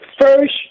first